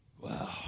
Wow